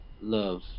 love